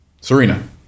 Serena